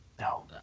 No